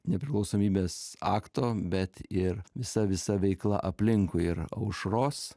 nepriklausomybės akto bet ir visa visa veikla aplinkui ir aušros